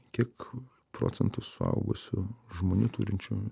kiek procentų suaugusių žmonių turinčių